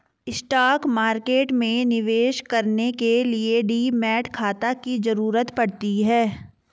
stock market में निवेश करने के लिए डीमैट खाता की जरुरत पड़ती है